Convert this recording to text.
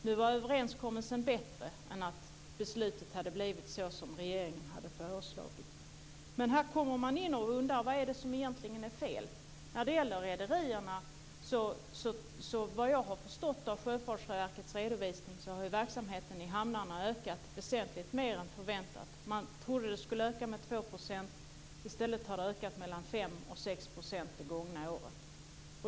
Nu var överenskommelsen bättre än att beslutet hade blivit så som regeringen hade föreslagit. Men här undrar man vad som egentligen är fel. När det gäller rederierna har verksamheten i hamnarna, vad jag har förstått av Sjöfartsverkets redovisning, ökat väsentligt mer än förväntat. Man trodde att det skulle öka med 2 %. I stället har det ökat med mellan 5 och 6 % det gångna året.